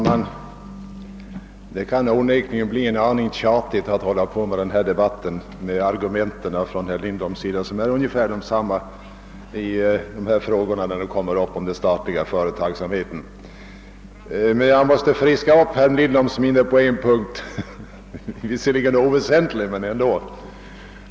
Herr talman! Denna debatt kan bli en aning tjatig, eftersom herr Lindholms argument i frågan om den statliga företagsamheten är ungefär desamma som vi tidigare hört. Jag måste emellertid friska upp herr Lindholms minne på en punkt även om den är oväsentlig.